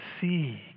see